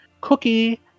Cookie